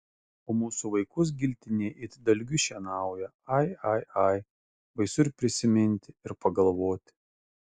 o mūsų vaikus giltinė it dalgiu šienauja ai ai ai baisu ir prisiminti ir pagalvoti